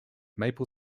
maple